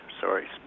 sorry